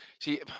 See